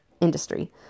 industry